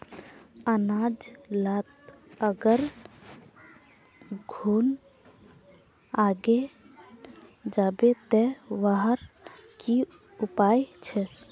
अनाज लात अगर घुन लागे जाबे ते वहार की उपाय छे?